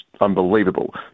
unbelievable